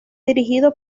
dirigido